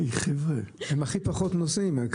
הם הכי פחות נוסעים.